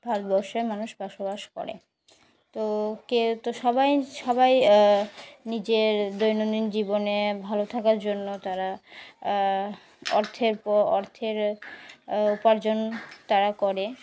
ভারতবর্ষে মানুষ বসবাস করে তো কেউ তো সবাই সবাই নিজের দৈনন্দিন জীবনে ভালো থাকার জন্য তারা অর্থের পো অর্থের উপার্জন তারা করে